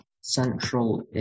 Central